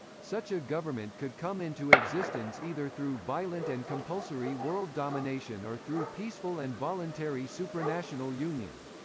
such a government could come into existence either through violent and compulsory world domination or through peaceful and voluntary supranational union.